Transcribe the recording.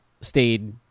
stayed